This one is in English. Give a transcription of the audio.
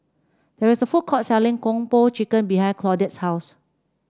there is a food court selling Kung Po Chicken behind Claudette's house